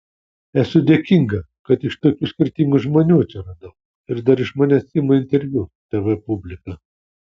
esu dėkinga kad iš tokių skirtingų žmonių atsiradau ir dar iš manęs ima interviu tv publika